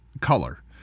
color